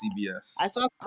CBS